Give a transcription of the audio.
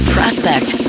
Prospect